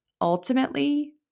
Ultimately